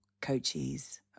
coaches